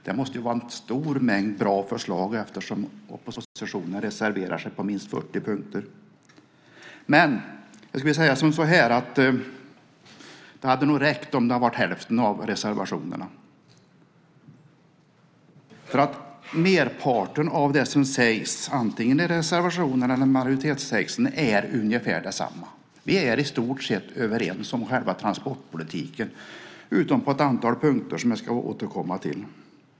Det måste ju vara en stor mängd bra förslag eftersom oppositionen reserverar sig på minst 40 punkter. Det hade nog räckt med hälften av reservationerna därför att merparten av det som sägs antingen i reservationerna eller också i majoritetstexten är ungefär detsamma. I stort sett är vi överens om själva transportpolitiken bortsett från ett antal punkter som jag senare återkommer till.